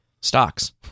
stocks